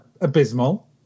Abysmal